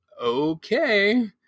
okay